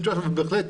אז בהחלט